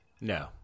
No